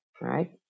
Right